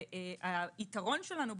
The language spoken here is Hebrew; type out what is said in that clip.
והיתרון שלנו,